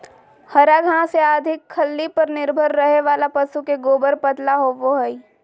हरा घास या अधिक खल्ली पर निर्भर रहे वाला पशु के गोबर पतला होवो हइ